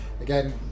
Again